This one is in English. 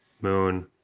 Moon